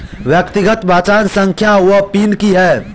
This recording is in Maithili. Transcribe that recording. व्यक्तिगत पहचान संख्या वा पिन की है?